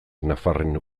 nafarren